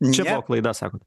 čia buvo klaida sakot